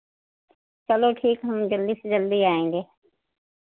चलो ठीक हम जल्दी से जल्दी आएँगे